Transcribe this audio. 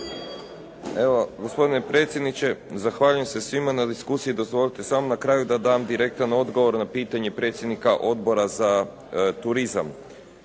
Evo gospodine predsjedniče zahvaljujem se svima na diskusiji. Dozvolite samo da na kraju da dam direktan odgovor na pitanje predsjednika Odbor za turizam.